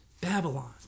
Babylon